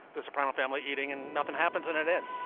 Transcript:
the soprano family eating and nothing happens and it ends